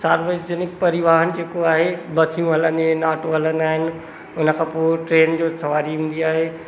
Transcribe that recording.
सार्वजनिक परिवहन जेको आहे बसू हलंदियूं आहिनि ऑटो हलंदा आहिनि उनखां पोइ ट्रेन जो सवारी हूंदी आहे